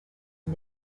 and